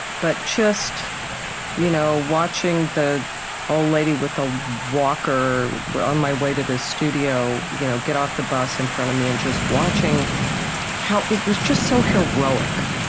but just you know watching the old lady with the walker on my way to the studio you know get off the bus in front of me, and just watching how it was just so heroic.